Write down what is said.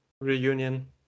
reunion